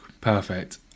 perfect